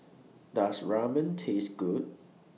Does Ramen Taste Good